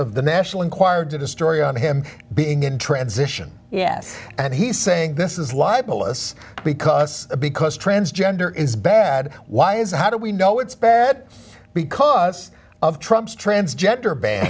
of the national enquirer to destroy on him being in transition yes and he's saying this is libelous because because transgender is bad why is how do we know it's bad because of trump's transgender ban